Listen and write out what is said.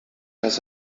has